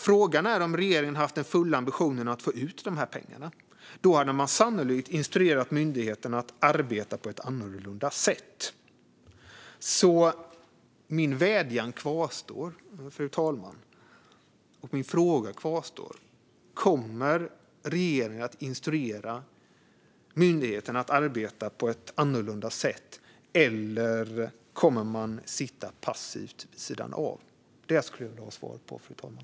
"Frågan är om regeringen har haft den fulla ambitionen att få ut de här pengarna. Då hade man sannolikt instruerat myndigheterna att arbeta på ett annorlunda sätt." Fru talman! Min vädjan och min fråga kvarstår. Kommer regeringen att instruera myndigheterna att arbeta på ett annorlunda sätt, eller kommer man att sitta passivt vid sidan av? Det skulle jag vilja ha svar på, fru talman.